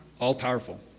All-powerful